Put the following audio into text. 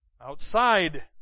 Outside